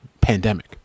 pandemic